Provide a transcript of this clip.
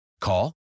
Call